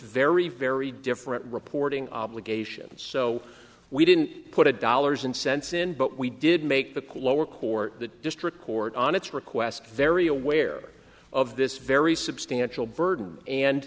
very very different reporting obligations so we didn't put a dollars and cents in but we did make the colo or court the district court on its request very aware of this very substantial burden and